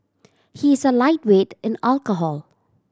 he is a lightweight in alcohol